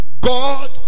God